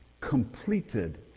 completed